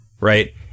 right